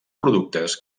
productes